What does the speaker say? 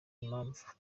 impamvu